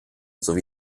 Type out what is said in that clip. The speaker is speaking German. sowie